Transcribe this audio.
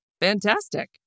Fantastic